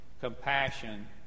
compassion